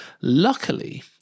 Luckily